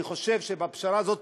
אני חושב שעם הפשרה הזאת